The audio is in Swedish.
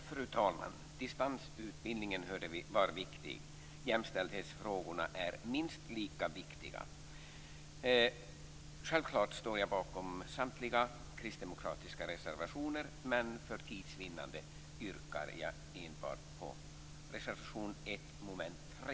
Fru talman! Distansutbildningen är, som vi hört, viktig men jämställdhetsfrågorna är minst lika viktiga. Självklart står jag bakom samtliga kristdemokratiska reservationer men för tids vinnande yrkar jag bifall endast till reservation 1 under mom. 3.